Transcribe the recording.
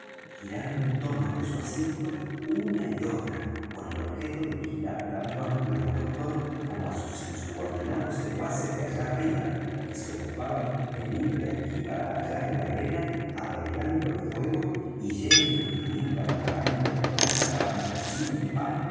girando en torno de su asiento una y otra con el objeto de vigilar tanto á mí y al doctor como á sus insubordinados secuaces de allá arriba que se ocupaban en ir de aquí para allá en la arena arreglando el fuego y yendo y viniendo á la cabaña de la cual sacaban tocino y pan